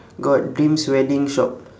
got dreams wedding shop